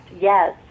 yes